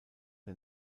der